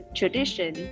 tradition